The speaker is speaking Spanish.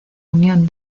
unión